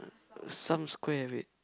some square wait